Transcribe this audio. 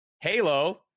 Halo